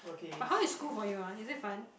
but how is school for you ah is it fun